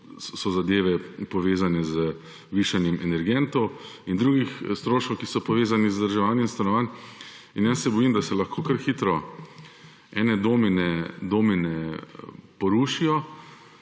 so zadeve, povezane z višanjem energentov in drugih stroškov, ki so povezani z vzdrževanjem stanovanj. Bojim se, da se lahko kar hitro ene domine porušijo